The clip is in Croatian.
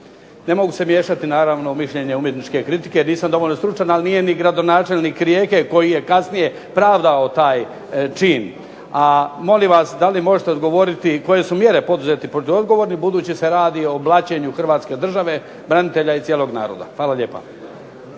Ne mogu se miješati naravno u mišljenje umjetničke kritike, nisam dovoljno stručan, ali nije ni gradonačelnik Rijeke koji je kasnije pravdao taj čin. A molim vas, da li možete odgovoriti koje su mjere poduzeti …/Ne razumije se./…, budući se radi o blaćenju hrvatske države, branitelja i cijelog naroda. Hvala lijepa.